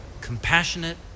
compassionate